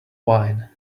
wine